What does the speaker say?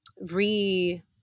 re-